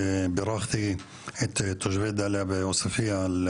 בירכתי את תושבי דליה ועוספיה על